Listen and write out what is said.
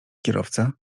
kierowca